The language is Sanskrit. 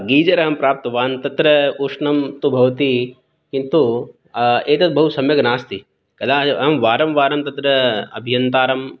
गीजर् अहं प्राप्तवान् तत्र उष्णं तु भवति किन्तु एतद् बहुसम्यक् नास्ति कदा अहं वारं वारं तत्र अभियन्तारं